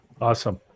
Awesome